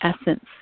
essence